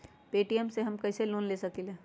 Paytm से हम कईसे लोन ले सकीले?